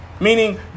Meaning